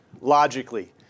logically